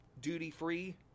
duty-free